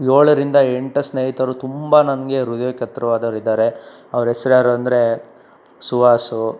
ಏಳರಿಂದ ಎಂಟು ಸ್ನೇಹಿತರು ತುಂಬ ನನಗೆ ಹೃದಯಕ್ಕೆ ಹತ್ರವಾದೋರ್ ಇದ್ದಾರೆ ಅವ್ರ ಹೆಸ್ರ್ ಯಾರು ಅಂದರೆ ಸುಹಾಸ್